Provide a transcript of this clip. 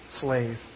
slave